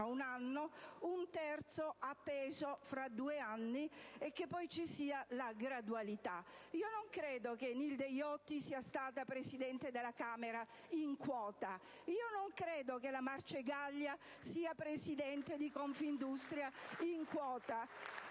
un anno o un terzo appeso tra due anni e che poi ci sia la gradualità. Non credo che Nilde Iotti sia stata Presidente della Camera in quota; non credo che la Marcegaglia sia presidente di Confindustria in quota.